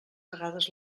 vegades